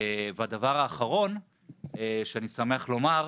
דבר אחרון שאני שמח לומר,